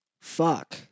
Fuck